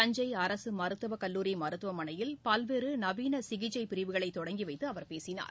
தஞ்சைஅரசுமருத்துவக்கல்லூரிமருத்துவமனையில் பல்வேறுநவீனசிகிச்சைபிரிவுகளைதொடங்கிவைத்துஅவர் பேசினார்